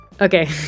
Okay